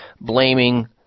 blaming